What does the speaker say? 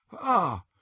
Ah